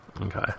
Okay